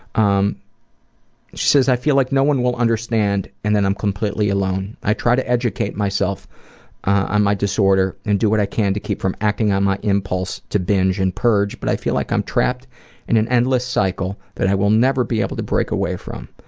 um she says, i feel like no one will understand and that i'm completely alone. i try to educate myself on my disorder and do what i can to keep from acting on my impulse to binge and purge, but i feel like i'm trapped in an endless cycle that i will never be able to break away from.